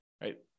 right